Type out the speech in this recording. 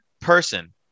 person